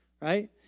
right